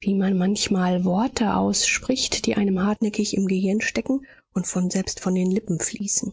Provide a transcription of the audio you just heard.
wie man manchmal worte ausspricht die einem hartnäckig im gehirn stecken und von selbst von den lippen fließen